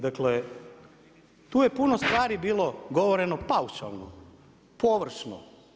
Dakle tu je puno stvari bilo govoreno paušalno, površno.